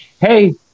hey –